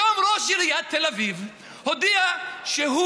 היום ראש עיריית תל אביב הודיע שהוא,